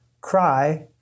cry